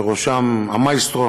בראשם המאסטרו